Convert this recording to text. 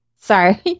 sorry